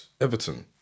Everton